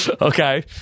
Okay